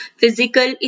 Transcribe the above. physical